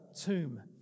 tomb